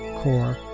core